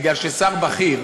בגלל ששר בכיר